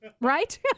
right